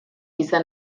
izan